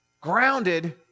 grounded